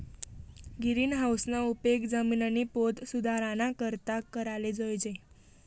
गिरीनहाऊसना उपेग जिमिननी पोत सुधाराना करता कराले जोयजे